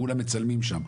כולם נמצאים שם,